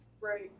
Right